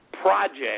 project